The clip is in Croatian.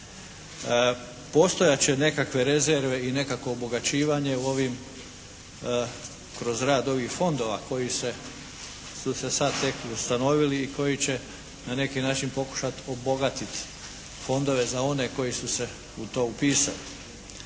Postojat će nekakve rezerve i nekakvo obogaćivanje u ovim, kroz rad ovih fondova koji se, su se sad tek ustanovili i koji će na neki način pokušati obogatiti fondove za one koji su se u to upisali.